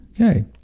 Okay